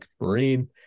Marine